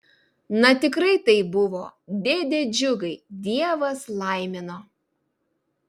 na tikrai taip buvo dėde džiugai dievas laimino